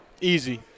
Easy